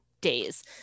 days